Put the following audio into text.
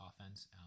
offense